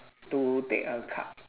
to take a cut